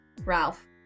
Ralph